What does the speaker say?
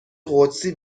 قدسی